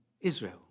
Israel